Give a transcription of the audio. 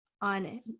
on